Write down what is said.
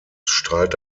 strahlt